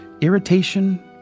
irritation